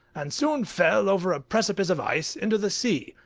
and soon fell over a precipice of ice into the sea,